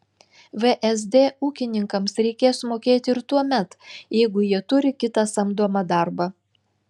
vsd ūkininkams reikės mokėti ir tuomet jeigu jie turi kitą samdomą darbą